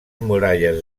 muralles